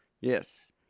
Yes